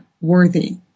worthy